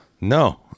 No